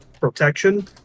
protection